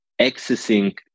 accessing